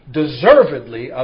deservedly